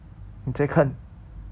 你在看